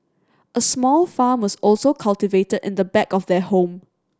a small farm was also cultivated in the back of their home